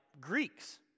Greeks